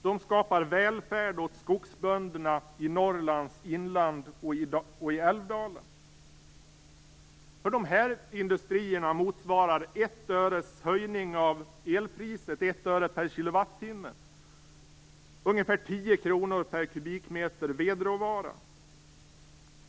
De skapar välfärd åt skogsbönderna i Norrlands inland och i Älvdalen. För dessa industrier motsvarar en höjning av elpriset på 1 öre per KWh ungefär 10 kr per kubikmeter vedråvara.